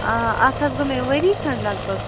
آ اَتھ حظ گوٚو مےٚ ؤری کھنٛڈ لگ بگ